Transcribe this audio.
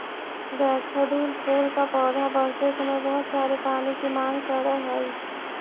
daffodil फूल का पौधा बढ़ते समय बहुत सारे पानी की मांग करअ हई